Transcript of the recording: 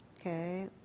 okay